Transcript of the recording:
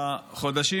בחודשים